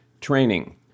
training